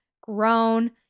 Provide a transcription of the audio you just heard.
grown